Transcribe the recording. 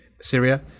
Syria